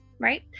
right